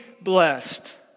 blessed